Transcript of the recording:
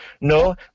No